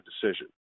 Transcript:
decision